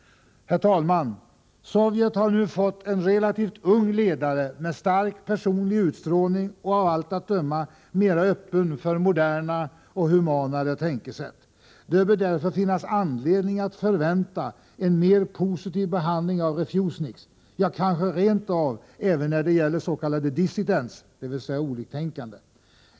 Herr talman! Sovjet har nu fått en relativt ung ledare med stark personlig utstrålning och av allt att döma mer öppen än de tidigare för moderna och mer humana tänkesätt. Det bör därför finnas anledning att förvänta en mer positiv behandling av refusniks än tidigare — ja, kanske rent av när det gäller s.k. dissidents, dvs. oliktänkande.